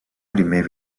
primer